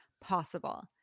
possible